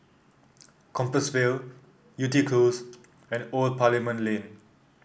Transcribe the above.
Compassvale Yew Tee Close and Old Parliament Lane